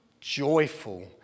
joyful